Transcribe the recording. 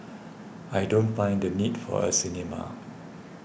I don't find the need for a cinema